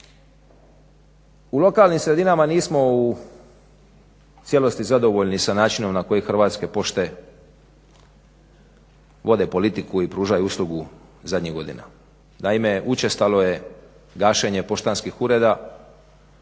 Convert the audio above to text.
U lokalnim sredinama nismo u cijelosti zadovoljni s načinom na koji Hrvatske pošte vode politiku i pružaju uslugu zadnjih godina. Naime, učestalo je gašenje poštanskih ureda